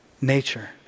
nature